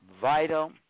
vital